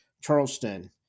Charleston